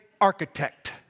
architect